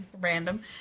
Random